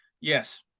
Yes